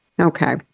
Okay